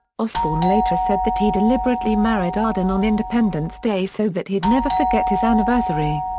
osbourne later said that he deliberately married arden on independence day so that he'd never forget his anniversary.